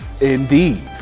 Indeed